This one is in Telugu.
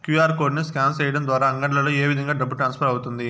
క్యు.ఆర్ కోడ్ ను స్కాన్ సేయడం ద్వారా అంగడ్లలో ఏ విధంగా డబ్బు ట్రాన్స్ఫర్ అవుతుంది